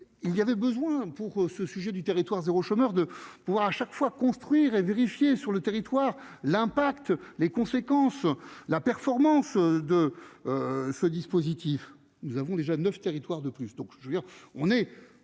il y avait besoin pour ce sujet du territoire zéro chômeur de pouvoir à chaque fois construire et sur le territoire, l'impact les conséquences, la performance de ce dispositif, nous avons déjà 9 territoires, de plus,